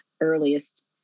earliest